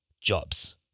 jobs